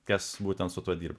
kas būtent su tuo dirba